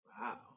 Wow